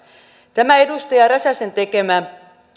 tämä edustaja räsäsen tekemä